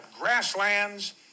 grasslands